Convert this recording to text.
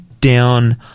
down